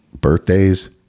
birthdays